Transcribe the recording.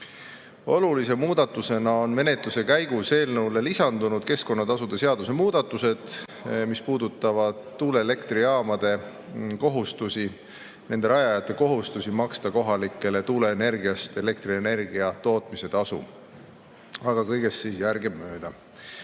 Olulise muudatusena on menetluse käigus eelnõule lisandunud keskkonnatasude seaduse muudatused, mis puudutavad tuuleelektrijaamade rajajate kohustusi maksta kohalikele tuuleenergiast elektrienergia tootmise tasu. Aga kõigest järgemööda.